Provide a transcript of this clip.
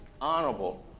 honorable